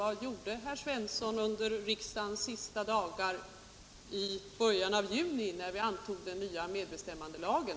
Vad gjorde herr Svensson under riksdagens sista dagar i början av juni när vi antog den nya medbestämmandelagen?